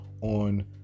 on